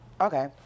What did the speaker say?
Okay